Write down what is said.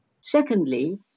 Secondly